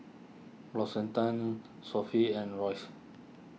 L'Occitane Sofy and Royce